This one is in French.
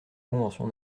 convention